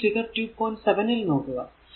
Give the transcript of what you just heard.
7 ൽ നോക്കുക